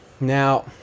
Now